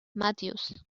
matthews